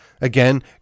Again